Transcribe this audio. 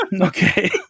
Okay